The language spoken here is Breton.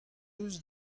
eus